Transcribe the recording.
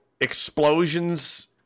explosions